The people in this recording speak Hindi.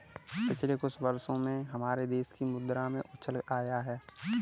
पिछले कुछ वर्षों में हमारे देश की मुद्रा में उछाल आया है